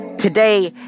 Today